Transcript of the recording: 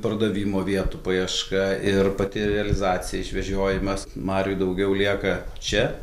pardavimo vietų paieška ir pati realizacija išvežiojimas mariui daugiau lieka čia